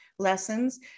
lessons